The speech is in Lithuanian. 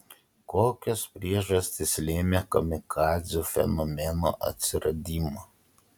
kokios priežastys lėmė kamikadzių fenomeno atsiradimą